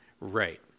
Right